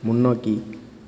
முன்னோக்கி